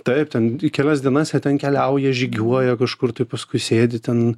taip ten kelias dienas jie ten keliauja žygiuoja kažkur tai paskui sėdi ten